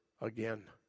again